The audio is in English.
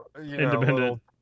Independent